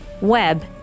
Web